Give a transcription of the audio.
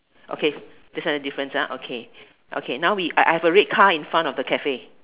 okay the signage difference ah okay okay now we I have a red car in front of the Cafe